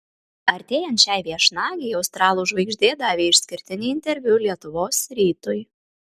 artėjant šiai viešnagei australų žvaigždė davė išskirtinį interviu lietuvos rytui